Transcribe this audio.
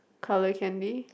coloured candy